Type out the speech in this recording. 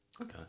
Okay